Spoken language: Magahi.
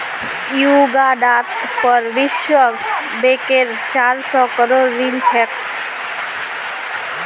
युगांडार पर विश्व बैंकेर चार सौ करोड़ ऋण छेक